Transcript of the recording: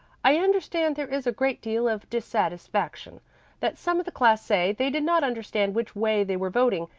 i understand there is a great deal of dissatisfaction that some of the class say they did not understand which way they were voting,